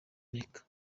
amerika